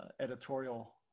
editorial